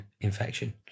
infection